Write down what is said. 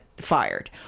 fired